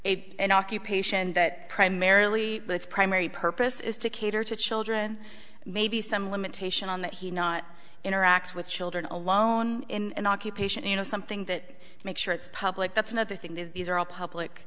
an occupation that primarily its primary purpose is to cater to children maybe some limitation on that he not interact with children alone in an occupation you know something that makes sure it's public that's another thing these are all public